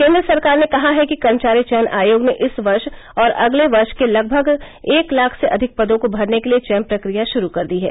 केन्द्र सरकार ने कहा है कि कर्मचारी चयन आयोग ने इस वर्ष और अगले वर्ष के लगभग एक लाख से अधिक पदों को भरने के लिए चयन प्रक्रिया शुरू कर दी है